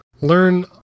learn